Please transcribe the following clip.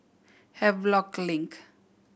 Havelock Link